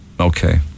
Okay